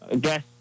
Guess